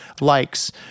likes